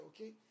okay